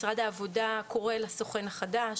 משרד העבודה קורא לסוכן החדש.